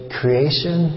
creation